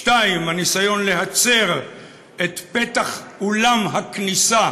השנייה, הניסיון להצר את פתח אולם הכניסה